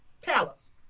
palace